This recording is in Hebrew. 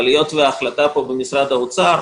היות וההחלטה פה במשרד האוצר,